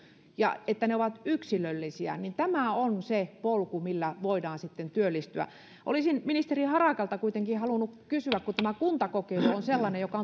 ovat yksilöllisiä tämä on se polku millä voidaan työllistyä olisin ministeri harakalta kuitenkin halunnut kysyä kun tämä kuntakokeilu on sellainen joka